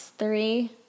three